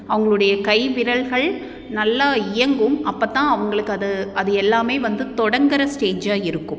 அவங்களோடைய கை விரல்கள் நல்லா இயங்கும் அப்போத்தான் அவங்களுக்கு அது அது எல்லாம் வந்து தொடங்கிற ஸ்டேஜாக இருக்கும்